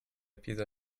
pisa